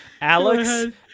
Alex